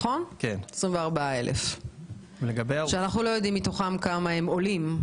24,000 שאנחנו לא יודעים כמה מתוכם הם עולים.